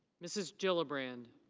mrs. jill a brand.